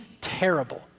terrible